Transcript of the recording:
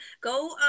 go